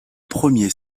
premiers